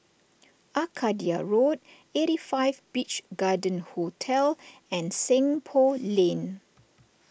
Arcadia Road eighty five Beach Garden Hotel and Seng Poh Lane